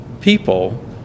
people